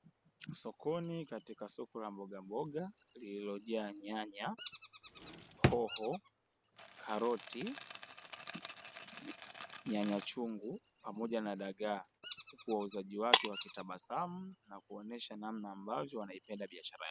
Sokoni katika soko la mbogamboga lililojaa nyanya, hoho, karoti, nyanya chungu pamoja na dagaa huku wauzaji wake wa kitabasamu, wakionyesha namna ambavyo wanaipenda biashara yao.